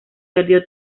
perdió